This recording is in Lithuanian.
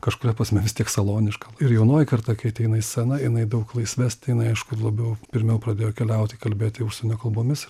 kažkuria prasme vis tiek saloniška ir jaunoji karta kai ateina į sceną jinai daug laisvesnė jinai aišku labiau pirmiau pradėjo keliauti kalbėti užsienio kalbomis